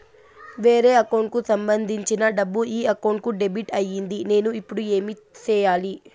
వేరే అకౌంట్ కు సంబంధించిన డబ్బు ఈ అకౌంట్ కు డెబిట్ అయింది నేను ఇప్పుడు ఏమి సేయాలి